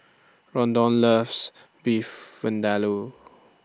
Ronda loves Beef Vindaloo